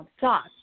Thoughts